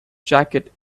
jacket